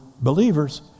believers